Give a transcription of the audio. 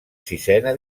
sisena